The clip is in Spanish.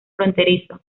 fronterizo